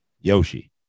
Yoshi